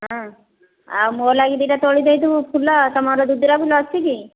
ହଁ ଆଉ ମୋ ଲାଗି ଦୁଇଟା ତୋଳିଦେଇଥିବୁ ଫୁଲ ତୁମର ଦୁଦୁରା ଫୁଲ ଅଛି କି